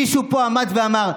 מישהו פה עמד ואמר: